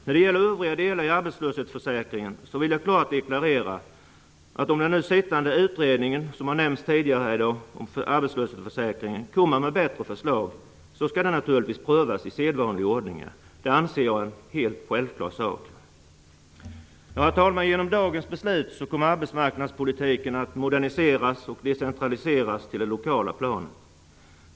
När det gäller övriga delar i arbetslöshetsförsäkringen vill jag klart deklarera att om den nu sittande utredningen, som har nämnts tidigare här i dag, som arbetar med arbetslöshetsförsäkringen kommer med bättre förslag skall de naturligtvis prövas i sedvanlig ordning. Det anser jag vara en självklarhet. Herr talman! Genom dagens beslut kommer arbetsmarknadspolitiken att moderniseras och decentraliseras till det lokala planet.